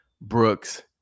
Brooks